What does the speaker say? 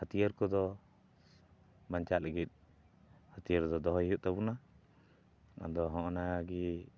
ᱦᱟᱹᱛᱭᱟᱹᱨ ᱠᱚᱫᱚ ᱵᱟᱧᱪᱟᱜ ᱞᱟᱹᱜᱤᱫ ᱦᱟᱹᱛᱭᱟᱹᱨ ᱫᱚ ᱫᱚᱦᱚᱭ ᱦᱩᱭᱩᱜ ᱛᱟᱵᱚᱱᱟ ᱟᱫᱚ ᱦᱚᱸᱜᱼᱚ ᱱᱟ ᱜᱮ